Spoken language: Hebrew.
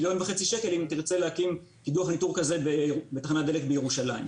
מיליון וחצי שקל אם תרצה להקים קידוח ניטור כזה בתחנת דלק בירושלים.